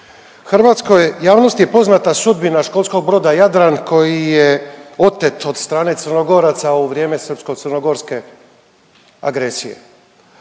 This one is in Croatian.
hrvatskoj javnosti je poznata sudbina školskog broda Jadran koji je otet od strane Crnogoraca u vrijeme srpsko-crnogorske agresije.